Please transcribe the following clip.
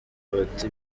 bati